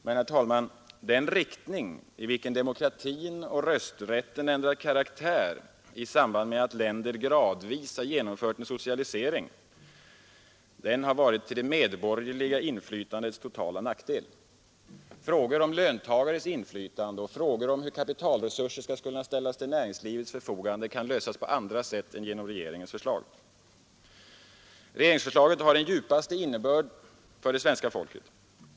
Men, herr talman, den riktning, i vilken demokratin och rösträtten ändrat karaktär i samband med att länder gradvis genomfört en socialisering, har varit till det medborgerliga inflytandets totala nackdel. Frågor om löntagares inflytande och frågor om hur kapitalresurser skall kunna ställas till näringslivets förfogande kan lösas på andra sätt än genom regeringens förslag. Regeringsförslaget har den djupaste innebörd för det svenska folket.